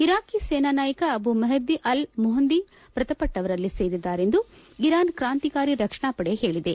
Iraqi ಸೇನಾ ನಾಯಕ Abu Mahdi al Muhandi ಮೃತಪಟ್ಟವರಲ್ಲಿ ಸೇರಿದ್ದಾರೆ ಎಂದು ಇರಾನ್ ಕಾಂತಿಕಾರಿ ರಕ್ಷಣಾ ಪಡೆ ಹೇಳದೆ